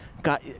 got